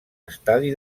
estadi